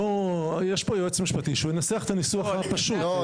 יש פה יועץ משפטי, שהוא ינסח את הניסוח הפשוט.